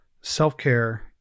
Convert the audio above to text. self-care